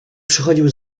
przychodził